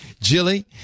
Jilly